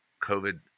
covid